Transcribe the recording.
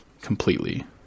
completely